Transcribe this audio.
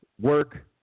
work